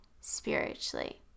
spiritually